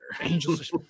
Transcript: Angel's